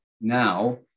now